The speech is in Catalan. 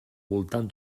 voltant